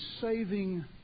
saving